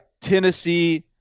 Tennessee